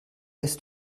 ist